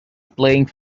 playing